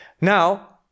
Now